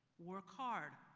work hard.